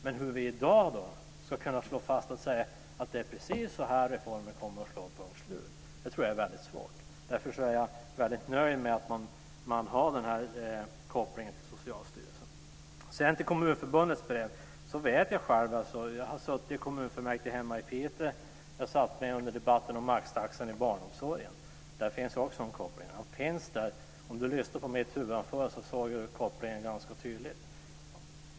Men jag tror att det är väldigt svårt att i dag slå fast precis hur reformen kommer att slå. Därför är jag väldigt nöjd med att man har den här kopplingen till Låt mig sedan gå över till Kommunförbundets brev. Jag har suttit i kommunfullmäktige hemma i Piteå. Jag satt med under debatten om maxtaxan i barnomsorgen. Där finns också en koppling. Om Sven Brus lyssnade till mitt huvudanförande kunde han se kopplingen ganska tydligt.